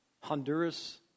Honduras